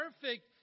perfect